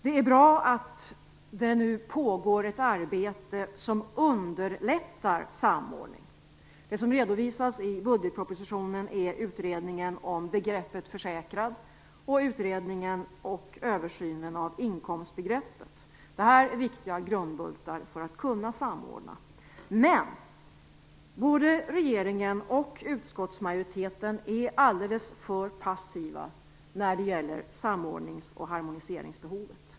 Det är bra att ett arbete pågår som underlättar samordning. I budgetpropositionen redovisas utredningen om begreppet försäkrad och utredningen och översynen av inkomstbegreppen. Detta är viktiga grundbultar för att kunna samordna. Men regeringen och utskottsmajoriteten är för passiva när det gäller samordnings och harmoniseringsbehovet.